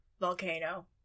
volcano